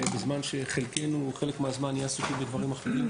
ובזמן שחלקנו חלק מהזמן נהיה עסוקים בדברים אחרים,